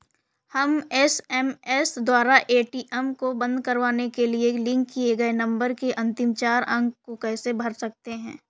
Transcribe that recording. हम एस.एम.एस द्वारा ए.टी.एम को बंद करवाने के लिए लिंक किए गए नंबर के अंतिम चार अंक को कैसे भर सकते हैं?